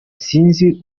sinzi